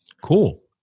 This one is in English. Cool